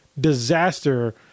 disaster